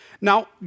Now